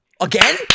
Again